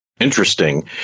Interesting